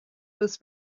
was